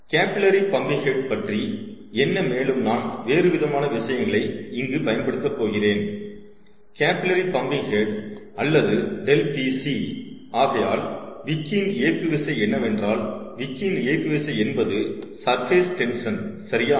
capillary pumping head பற்றி என்ன மேலும் நான் வேறுவிதமான விஷயங்களை இங்கு பயன்படுத்தப் போகிறேன் கேபில்லரி பம்பிங் ஹெட் அல்லது ∆Pc ஆகையால் விக்கின் இயக்கு விசை என்னவென்றால் விக்கின் இயக்கு விசை என்பது சர்ஃபேஸ் டென்ஷன் சரியா